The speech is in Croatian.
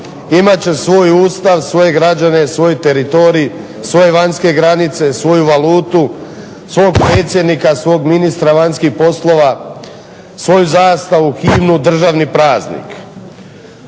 Imat će svoj Ustav, svoje građane, svoj teritorij, svoje vanjske granice, svoju valutu, svog predsjednika, svog ministra vanjskih poslova, svoju zastavu, himnu, državni praznik.